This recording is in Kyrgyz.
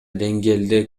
деңгээлде